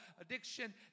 addiction